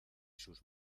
sus